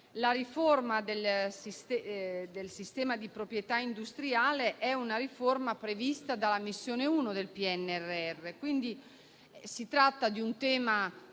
la riforma del sistema di proprietà industriale è prevista dalla missione 1 del PNRR. Si tratta di un tema